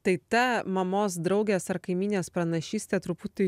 tai ta mamos draugės ar kaimynės pranašystė truputį